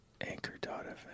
Anchor.fm